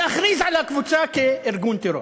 להכריז על הקבוצה כארגון טרור,